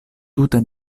tute